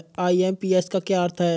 IMPS का क्या अर्थ है?